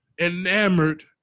enamored